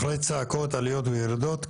אחרי צעקות, עליות וירידות.